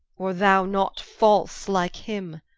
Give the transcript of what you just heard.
or thou not false like him?